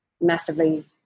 massively